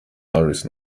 harris